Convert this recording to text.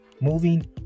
Moving